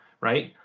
Right